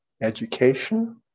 education